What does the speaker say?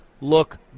look